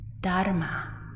dharma